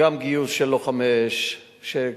גיוס של לוחמי אש,